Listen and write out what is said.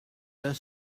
their